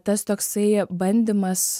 tas toksai bandymas